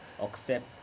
Accept